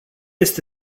este